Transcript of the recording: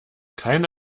keine